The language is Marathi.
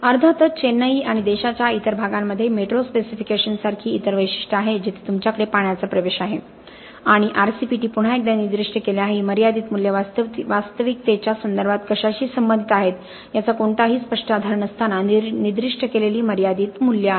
अर्थातच चेन्नई आणि देशाच्या इतर भागांमध्ये मेट्रो स्पेसिफिकेशन्स सारखी इतर वैशिष्ट्ये आहेत जिथे तुमच्याकडे पाण्याचा प्रवेश आहे आणि RCPT पुन्हा एकदा निर्दिष्ट केले आहे ही मर्यादित मूल्ये वास्तविकतेच्या संदर्भात कशाशी संबंधित आहेत याचा कोणताही स्पष्ट आधार नसताना निर्दिष्ट केलेली मर्यादित मूल्ये आहेत